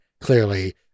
clearly